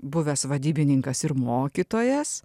buvęs vadybininkas ir mokytojas